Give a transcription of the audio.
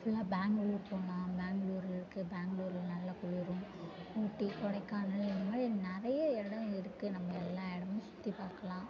ஃபுல்லாக பெங்களூர் போகலாம் பெங்களூரு இருக்கு பெங்களூர்ல நல்லா குளிரும் ஊட்டி கொடைக்கானல் இந்தமாதிரி நிறைய இடம் இருக்கு நம்ம எல்லா இடமும் சுற்றி பார்க்கலாம்